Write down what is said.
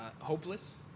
hopeless